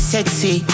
Sexy